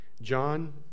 John